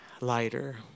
Lighter